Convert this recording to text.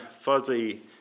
fuzzy